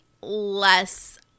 less